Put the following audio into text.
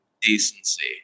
decency